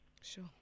Sure